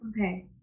okay